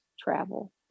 travel